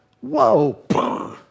whoa